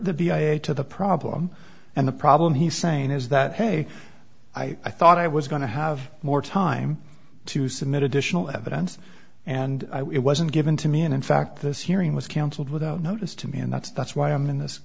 a to the problem and the problem he's saying is that hey i thought i was going to have more time to submit additional evidence and it wasn't given to me and in fact this hearing was counseled without notice to me and that's that's why i'm in this